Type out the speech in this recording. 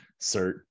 cert